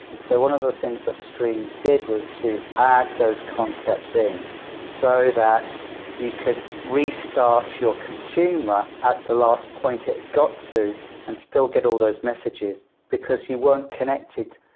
and so one of the things that streams did was to add those concepts in so that you could restart your consumer at the last point it got to and still get all those messages because you weren't connected.